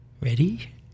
Ready